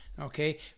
Okay